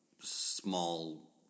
small